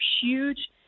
huge